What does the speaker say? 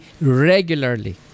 regularly